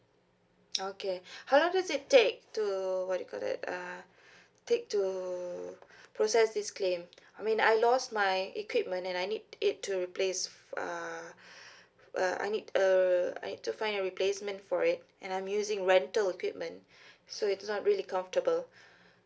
okay how long does it take to what you call that uh take to process this claim I mean I lost my equipment and I need it to replace uh uh I need a I need to find a replacement for it and I'm using rental equipment so it's not really comfortable